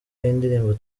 y’indirimbo